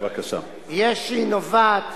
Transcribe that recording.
יש שהיא נובעת